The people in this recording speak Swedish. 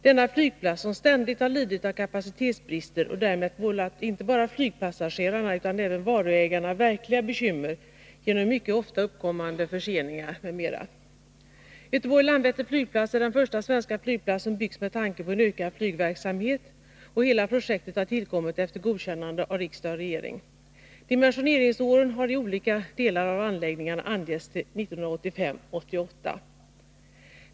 Denna flygplats har ständigt lidit av kapacitetsbrister och har därmed vållat inte bara flygpassagerarna utan även varuägarna verkliga bekymmer, genom mycket ofta uppkommande förseningar m.m. Landvetters flygplats är den första svenska flygplats som byggts med tanke på en ökad flygverksamhet, och hela projektet har tillkommit efter godkännande av riksdag och regering. Dimensioneringsåren har för olika delar av anläggningen angetts till 1985-1988.